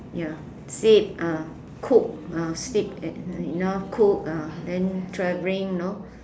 ya sleep ah cook ah sleep e~ enough cook ah then travelling you know